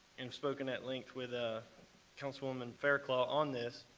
and spoken at length with ah councilwoman fairclough on this.